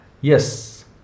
Yes